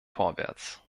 vorwärts